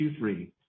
Q3